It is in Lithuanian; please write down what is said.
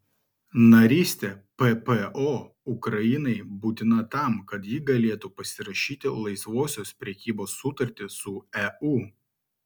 narystė ppo ukrainai būtina tam kad ji galėtų pasirašyti laisvosios prekybos sutartį su eu